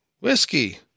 Whiskey